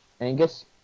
Angus